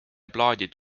plaadid